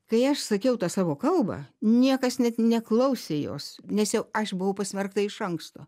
kai aš sakiau tą savo kalbą niekas net neklausė jos nes jau aš buvau pasmerkta iš anksto